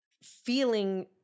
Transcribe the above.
feeling